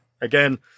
again